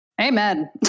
Amen